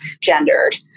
gendered